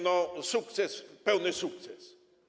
No, sukces, pełny sukces.